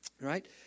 right